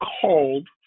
called